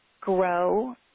grow